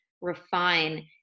refine